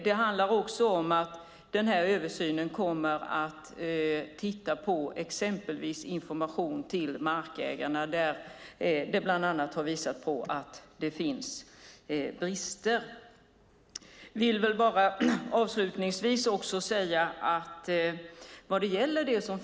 Den här översynen kommer exempelvis också att titta på information till markägarna där det har visat sig finnas brister.